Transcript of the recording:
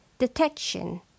Detection